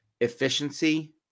efficiency